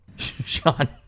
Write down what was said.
Sean